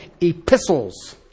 epistles